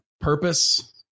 Purpose